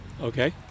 Okay